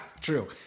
True